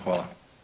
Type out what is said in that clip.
Hvala.